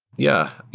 yeah.